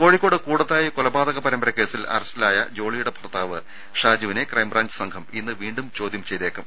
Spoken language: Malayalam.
കോഴിക്കോട് കൂടത്തായി കൊലപാതക പരമ്പര കേസിൽ അറസ്റ്റിലായ ജോളിയുടെ ഭർത്താവ് ഷാജുവിനെ ക്രൈം ബ്രാഞ്ച് സംഘം ഇന്ന് വീണ്ടും ചോദ്യം ചെയ്തേക്കും